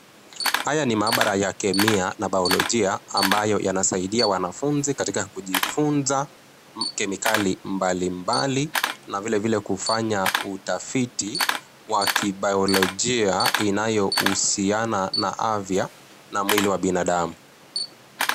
Haya ni maabara ya kemia na baiolojia ambayo yanasaidia wanafunzi katika kujifunza kemikali mbalimbali na vilevile kufanya utafiti wa kibaiolojia ambayo huhusiana na afya na mwili wa binadamu.